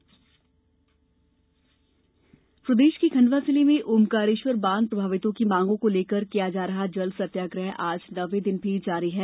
जल सत्याग्रह प्रदेश के खण्डवा जिले में ओंकारेश्वर बांध प्रभावितों की मांगों को लेकर किया जा रहा जल सत्याग्रह आज नौवें दिन भी जारी है